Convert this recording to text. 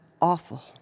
awful